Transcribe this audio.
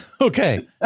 Okay